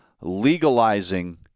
legalizing